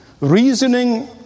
reasoning